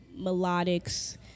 melodics